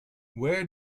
where